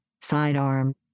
sidearm